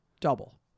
Double